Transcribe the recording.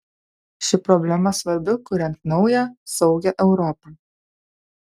ši problema svarbi kuriant naują saugią europą